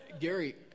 Gary